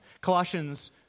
Colossians